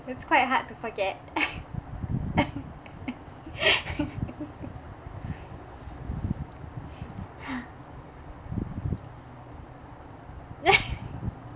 it's quite hard to forget